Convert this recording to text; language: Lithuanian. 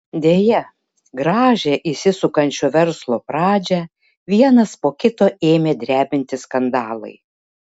deja gražią įsisukančio verslo pradžią vienas po kito ėmė drebinti skandalai